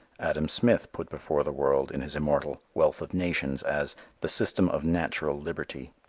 adam smith put before the world in his immortal wealth of nations as the system of natural liberty.